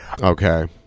Okay